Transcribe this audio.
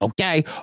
Okay